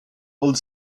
old